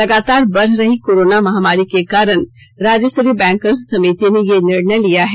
लगातार बढ़ रही कोरोना महामारी के कारण राज्य स्तरीय बैंकर्स समिति ने यह निर्णय लिया है